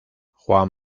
juan